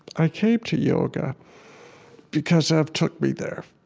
i came to yoga because ev took me there.